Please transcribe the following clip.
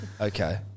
okay